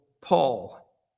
Paul